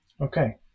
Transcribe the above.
Okay